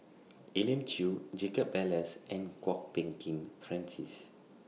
Elim Chew Jacob Ballas and Kwok Peng Kin Francis